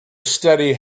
steady